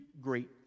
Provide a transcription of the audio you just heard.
great